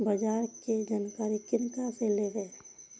बाजार कै जानकारी किनका से लेवे?